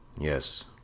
yes